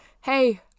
hey